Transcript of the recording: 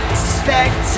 suspect